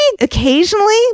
occasionally